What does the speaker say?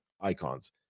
icons